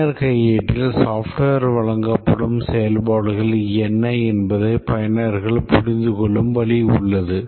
பயனர் கையேட்டில் software வழங்கப்படும் செயல்பாடுகள் என்ன என்பதை பயனர்கள் புரிந்துகொள்ளும் வழி உள்ளது